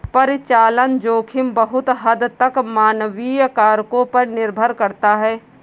परिचालन जोखिम बहुत हद तक मानवीय कारकों पर निर्भर करता है